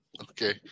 Okay